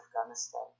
Afghanistan